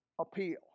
appeal